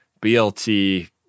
BLT